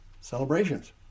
celebrations